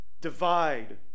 divide